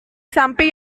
samping